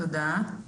תודה.